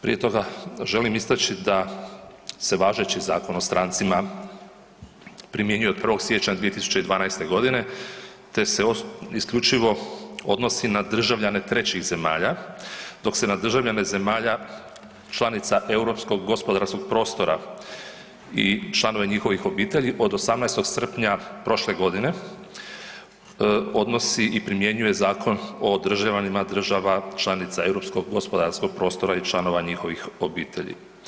Prije toga želim istaći da se važeći Zakon o strancima primjenjuje od 1. siječnja 2012. godine te se isključivo odnosi na državljane trećih zemalja, dok se na državljane zemalja članica Europskog gospodarskog prostora i članova njihovih obitelji od 18. srpnja prošle godine odnosi i primjenjuje Zakon o državljanima država članica Europskog gospodarskog prostora i članova njihovih obitelji.